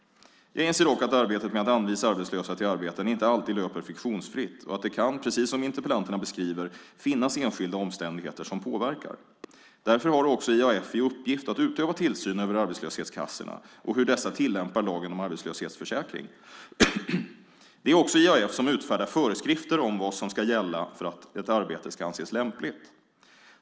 Jag inser dock att arbetet med att anvisa arbetslösa till arbeten inte alltid löper friktionsfritt och att det kan, precis som interpellanterna beskriver, finnas enskilda omständigheter som påverkar. Därför har också IAF i uppgift att utöva tillsyn över arbetslöshetskassorna och hur dessa tillämpar lagen om arbetslöshetsförsäkring. Det är också IAF som utfärdar föreskrifter om vad som ska gälla för att ett arbete ska anses lämpligt.